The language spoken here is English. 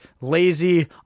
lazy